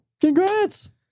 congrats